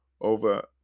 over